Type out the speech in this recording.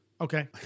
Okay